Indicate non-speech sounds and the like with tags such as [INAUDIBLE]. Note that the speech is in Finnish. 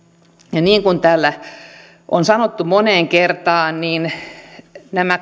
ja niin kuin täällä on sanottu moneen kertaan tämä lainsäädäntö nämä [UNINTELLIGIBLE]